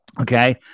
Okay